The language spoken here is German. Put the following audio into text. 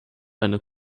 einer